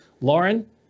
Lauren